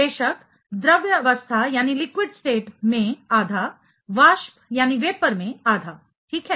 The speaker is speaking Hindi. बेशक द्रवअवस्था लिक्विड स्टेट में आधा वाष्प वेपर में आधा ठीक है